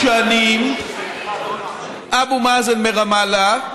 שבמשך שנים אבו מאזן, מרמאללה,